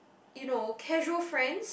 you know casual friends